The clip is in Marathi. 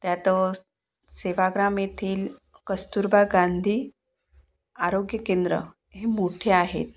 त्यात सेवाग्राम येथील कस्तुरबा गांधी आरोग्य केंद्र हे मोठे आहेत